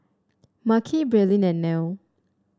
Makhi Braelyn and Nelle